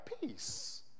peace